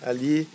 Ali